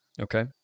Okay